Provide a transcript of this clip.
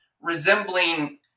resembling